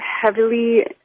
heavily –